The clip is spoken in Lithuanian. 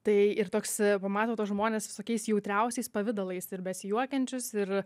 tai ir toks pamato tuos žmones visokiais jautriausiais pavidalais ir besijuokiančius ir